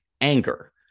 anger